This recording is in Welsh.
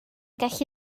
gallu